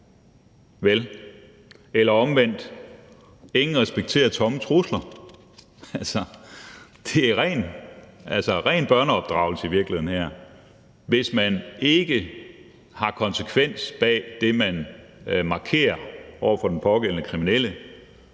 anden måde: Ingen respekterer tomme trusler. Det her er i virkeligheden en ren børneopdragelse. Hvis der ikke er konsekvens bag det, man markerer over for den pågældende kriminelle,